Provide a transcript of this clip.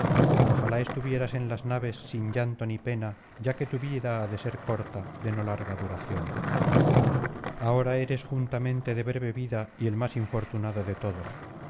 ojalá estuvieras en las naves sin llanto ni pena ya que tu vida ha de ser corta de no larga duración ahora eres juntamente de breve vida y el más infortunado de todos